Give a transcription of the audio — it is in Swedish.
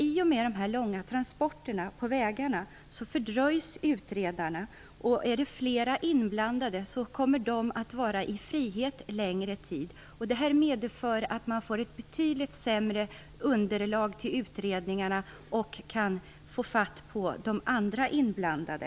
I och med de långa transporterna på vägarna fördröjs utredningarna. Är det flera inblandade kommer dessa att vara i frihet längre tid. Det medför att man får ett betydligt sämre underlag för utredningarna och att det är svårare att få fatt på de andra inblandade.